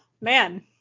man